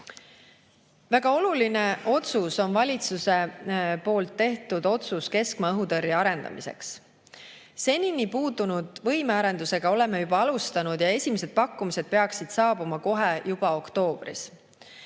Väga oluline otsus on valitsuse tehtud otsus keskmaa õhutõrje arendamiseks. Senini puudunud võimearendusega oleme juba alustanud ja esimesed pakkumised peaksid saabuma juba oktoobris.